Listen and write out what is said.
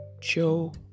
Joe